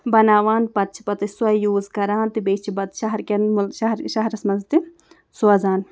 بَناوان پَتہٕ چھِ پَتہٕ أسۍ سوے یوٗز کَران تہٕ بیٚیہِ چھِ پَتہٕ شہرکٮ۪ن شہرٕ شہرَس منٛز تہِ سوزان